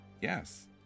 Yes